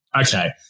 okay